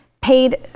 paid